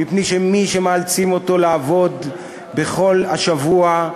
מפני שמי שמאלצים אותו לעבוד בכל השבוע,